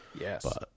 Yes